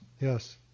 yes